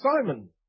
Simon